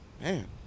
Man